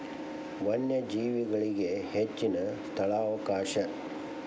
ವನ್ಯಜೇವಿಗಳಿಗೆ ಹೆಚ್ಚಿನ ಸ್ಥಳಾವಕಾಶ